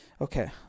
okay